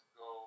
go